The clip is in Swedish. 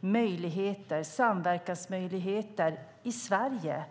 samverkans och finansieringsmöjligheter i Sverige.